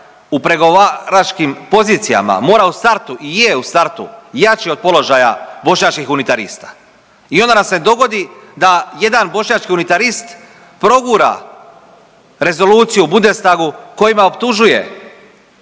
u pregovaračkim pozicijama mora u startu i je u startu jači od položaja bošnjačkih unitarista. I onda nam se dogodi da jedan bošnjački unitarist progura rezoluciju u Bundestagu kojima optužuje